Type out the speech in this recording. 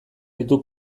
ditu